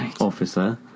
officer